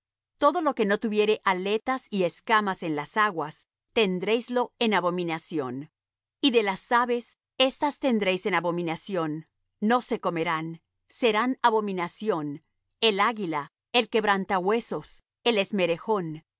todo lo que no tuviere aletas y escamas en las aguas tendréislo en abominación y de las aves éstas tendréis en abominación no se comerán serán abominación el águila el quebrantahuesos el esmerejón el